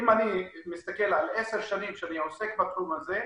אם אני מסתכל על עשר שנים שאני עוסק בתחום הזה,